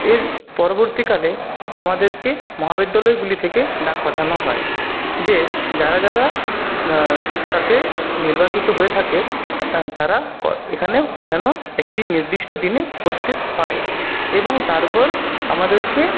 এর পরবর্তীকালে আমাদেরকে মহাবিদ্যালয়গুলি থেকে ডাক পাঠানো হয় যে যারা যারা তাতে নির্বাচিত হয়ে থাকে তা তারা এখানে যেন একটি নির্দিষ্ট দিনে উপস্থিত হয় এবং তারপর আমাদেরকে